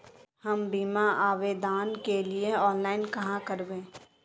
हम बीमा आवेदान के लिए ऑनलाइन कहाँ करबे?